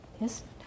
Yes